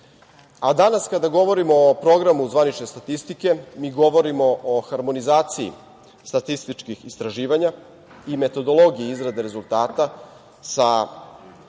kada govorimo o Programu zvanične statistike, mi govorimo o harmonizaciji statističkih istraživanja i metodologiji izrade rezultata sa